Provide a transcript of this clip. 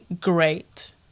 great